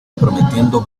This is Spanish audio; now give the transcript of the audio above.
prometiendo